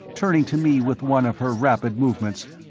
turning to me with one of her rapid movements,